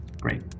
Great